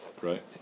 Right